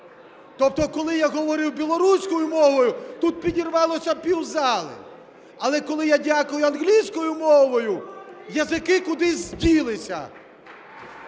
тобто коли я говорив білоруською мовою, тут підірвалося пів зали, але коли я дякую англійською мовою, язики кудись ділися.